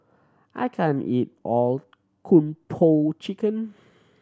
I can't eat all Kung Po Chicken